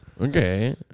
Okay